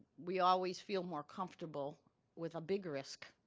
we always feel more comfortable with a big risk